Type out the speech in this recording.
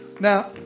Now